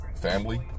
family